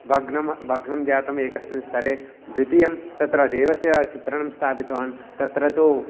भग्नं भग्नं जातम् एकस्मिन् स्तरे द्वितीयं तत्र देवस्य चित्रणं स्थापितवान् तत्र तु